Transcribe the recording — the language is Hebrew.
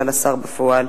אבל השר בפועל,